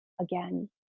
again